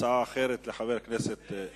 הצעה אחרת לחבר הכנסת גנאים.